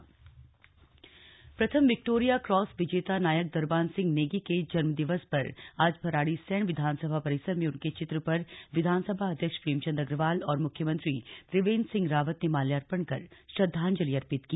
श्रद्वांजलि प्रथम Victoria Cross विजेता नायक दरबान सिंह नेगी के जन्म दिवस पर आज भराड़ीसैंण विधानसभा परिसर में उनके चित्र पर विधानसभा अध्यक्ष प्रेमचंद अग्रवाल और मुख्यमंत्री त्रिवेंद्र सिंह रावत ने माल्यार्पण कर श्रद्धांजलि अर्पित की